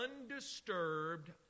undisturbed